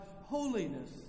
holiness